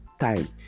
time